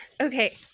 Okay